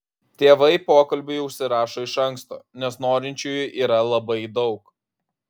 tėvai pokalbiui užsirašo iš anksto nes norinčiųjų yra labai daug